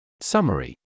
Summary